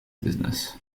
business